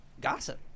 gossip